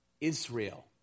Israel